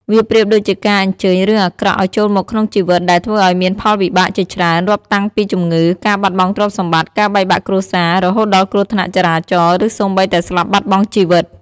វាប្រៀបដូចជាការអញ្ជើញរឿងអាក្រក់ឲ្យចូលមកក្នុងជីវិតដែលធ្វើឲ្យមានផលវិបាកជាច្រើន រាប់តាំងពីជំងឺ ការបាត់បង់ទ្រព្យសម្បត្តិ ការបែកបាក់គ្រួសារ រហូតដល់គ្រោះថ្នាក់ចរាចរណ៍ ឬសូម្បីតែស្លាប់បាត់បង់ជីវិត។